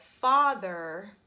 father